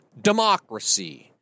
democracy